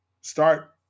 start